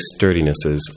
sturdinesses